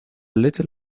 little